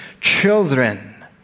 children